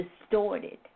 distorted